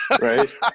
Right